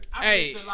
Hey